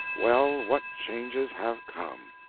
well, what changes have come!